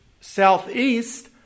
southeast